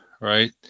right